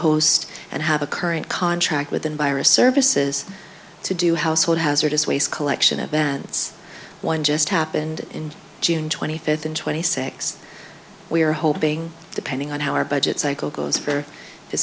host and have a current contract within virus services to do household hazardous waste collection of bands one just happened in june twenty fifth and twenty six we are hoping depending on how our budget cycle goes for